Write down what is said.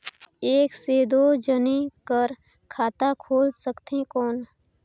एक से दो जने कर खाता खुल सकथे कौन?